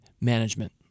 management